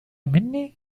مني